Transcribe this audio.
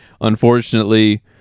unfortunately